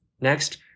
Next